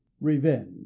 revenge